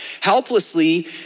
helplessly